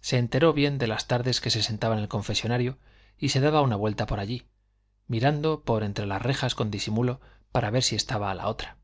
se enteró bien de las tardes que se sentaba en el confesonario y se daba una vuelta por allí mirando por entre las rejas con disimulo para ver si estaba la otra